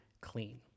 clean